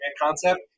concept